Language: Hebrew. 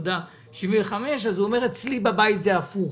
0.75 אז הוא אמר שאצלו בבית זה הפוך,